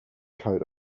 coat